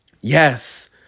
Yes